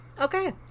Okay